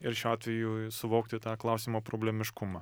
ir šiuo atveju suvokti tą klausimo problemiškumą